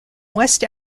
west